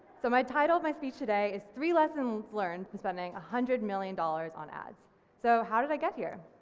so my title of my speech today is three lessons learned from spending a one hundred million dollars on ads so how did i get here?